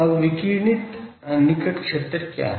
अब विकिरणित निकट क्षेत्र क्या है